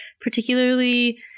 particularly